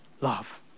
love